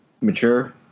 mature